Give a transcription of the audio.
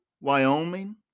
Wyoming